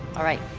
all right,